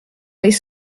les